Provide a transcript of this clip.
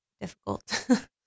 difficult